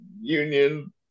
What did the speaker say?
union